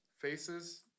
faces